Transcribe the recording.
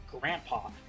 Grandpa